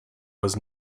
was